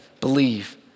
believe